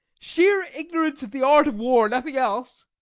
sheer ignorance of the art of war, nothing else.